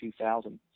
2000